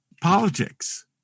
politics